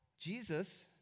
Jesus